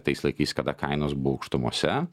tais laikais kada kainos buvo aukštumose